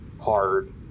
hard